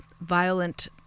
violent